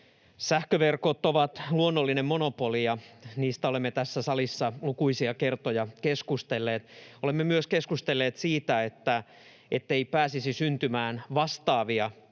Sähköverkot ovat luonnollinen monopoli, ja niistä olemme tässä salissa lukuisia kertoja keskustelleet. Olemme myös keskustelleet siitä, ettei pääsisi syntymään vastaavia uusia